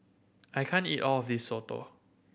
I can't eat all of this soto